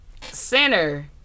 center